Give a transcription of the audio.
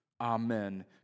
Amen